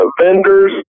vendors